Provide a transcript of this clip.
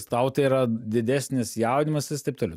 tau tai yra didesnis jaudinimasis taip toliau